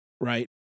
right